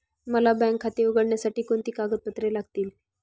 मला बँक खाते उघडण्यासाठी कोणती कागदपत्रे लागतील?